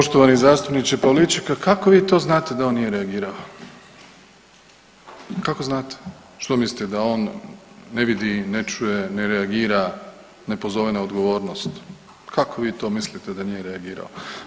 Poštovani zastupniče Pavliček, a kako vi to znate da on nije reagirao, kako znate, što mislite da on ne vidi i ne čuje, ne reagira, ne pozove na odgovornost, kako vi to mislite da nije reagirao?